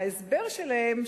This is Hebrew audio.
ההסבר שלהם,